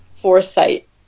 foresight